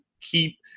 keep